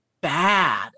bad